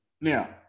Now